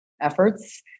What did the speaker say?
efforts